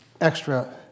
extra